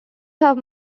have